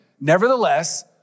nevertheless